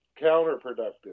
counterproductive